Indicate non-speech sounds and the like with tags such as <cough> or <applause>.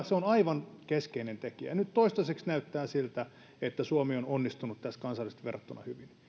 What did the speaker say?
<unintelligible> se on aivan keskeinen tekijä ja nyt toistaiseksi näyttää siltä että suomi on onnistunut tässä kansainvälisesti verrattuna hyvin